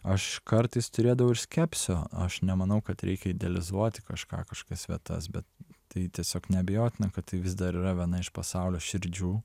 aš kartais turėdavau ir skepsio aš nemanau kad reikia idealizuoti kažką kažkokias vietas bet tai tiesiog neabejotina kad tai vis dar yra viena iš pasaulio širdžių